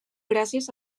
gràcies